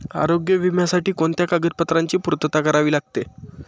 आरोग्य विम्यासाठी कोणत्या कागदपत्रांची पूर्तता करावी लागते?